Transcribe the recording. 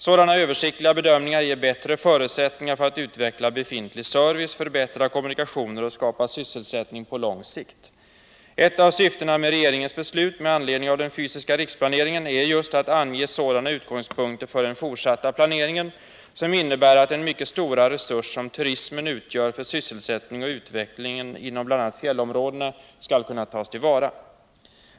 Sådana översiktliga bedömningar ger bättre förutsättningar för att utveckla befintlig service, förbättra kommunikationerna och skapa sysselsättning på lång sikt. Ett av syftena med regeringens beslut med anledning av den fysiska riksplaneringen är just att ange sådana utgångspunkter för den fortsatta planeringen som innebär att den mycket stora resurs som turismen utgör för sysselsättning och utveckling inom bl.a. fjällområdena skall kunna tas till vara.